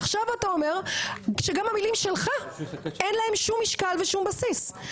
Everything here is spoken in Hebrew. עכשיו אתה אומר שגם המילים שלך אין להם שום משקל ושום בסיס,